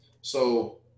So-